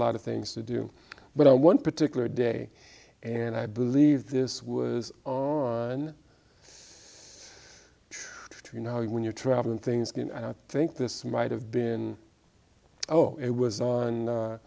lot of things to do but one particular day and i believe this was to you know when you're traveling things going i think this might have been oh it was on